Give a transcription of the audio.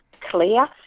clear